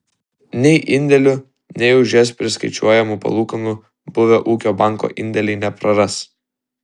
nei indėlių nei už jas priskaičiuojamų palūkanų buvę ūkio banko indėlininkai nepraras